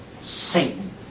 Satan